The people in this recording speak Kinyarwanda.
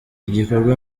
igikorwa